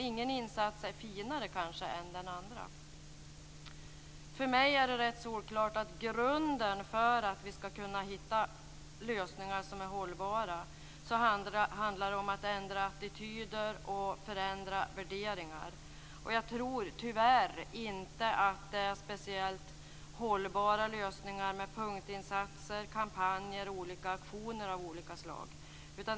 Ingen insats är finare än den andra. För mig är det rätt solklart att grunden för hållbara lösningar är att ändra attityder och förändra värderingar. Jag tror tyvärr inte att punktinsatser, kampanjer och aktioner av olika slag är speciellt hållbara lösningar.